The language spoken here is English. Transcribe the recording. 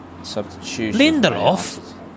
Lindelof